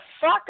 fuck